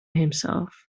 himself